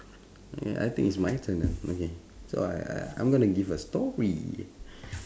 yeah I think it's my turn now okay so I I I'm gonna give a story